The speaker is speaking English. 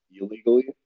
illegally